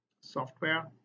software